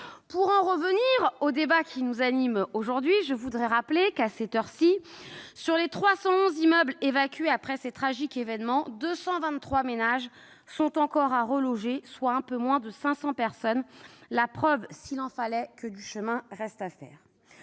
Pour en revenir au débat qui nous occupe aujourd'hui, je voudrais rappeler qu'à cette heure-ci, à la suite de l'évacuation des 311 immeubles après ces tragiques événements, 223 ménages sont encore à reloger, soit un peu moins de 500 personnes, la preuve s'il en fallait que du chemin reste à faire.